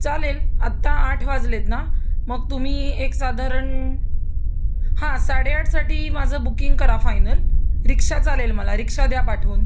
चालेल आत्ता आठ वाजले आहेत ना मग तुम्ही एक साधारण हां साडेआठसाठी माझं बुकिंग करा फायनल रिक्षा चालेल मला रिक्षा द्या पाठवून